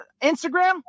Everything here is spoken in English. Instagram